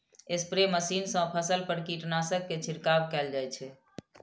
spray machine सं फसल पर कीटनाशक के छिड़काव कैल जाइ छै